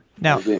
Now